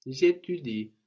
J'étudie